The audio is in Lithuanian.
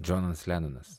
džonas lenonas